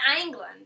England